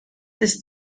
ist